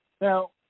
Now